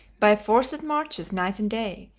by forced marches night and day,